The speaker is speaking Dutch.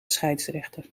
scheidsrechter